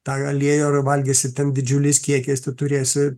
tą aliejų ar valgysi ten didžiuliais kiekiais tu turėsi